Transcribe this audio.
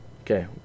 Okay